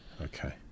Okay